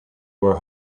were